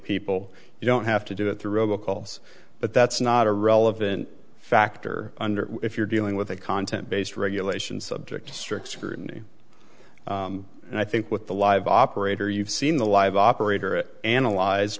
people you don't have to do it through robo calls but that's not a relevant factor under if you're dealing with a content based regulation subject to strict scrutiny and i think with the live operator you've seen the live operator it analyze